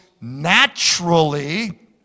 naturally